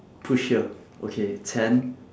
push here okay ten